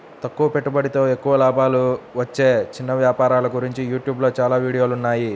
తక్కువ పెట్టుబడితో ఎక్కువ లాభాలు వచ్చే చిన్న వ్యాపారాల గురించి యూట్యూబ్ లో చాలా వీడియోలున్నాయి